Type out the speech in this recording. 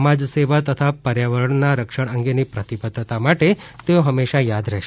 સમાજ સેવા તથા પર્યાવરણના રક્ષણ અંગેની પ્રતિબદ્વતા માટે તેઓ હંમેશા યાદ રહેશે